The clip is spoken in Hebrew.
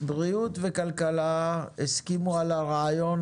משרדי בריאות וכלכלה הסכימו על הרעיון